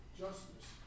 justice